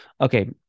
Okay